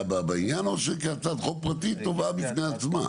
בעניין או שכהצעת חוק פרטית טובה בפני עצמה?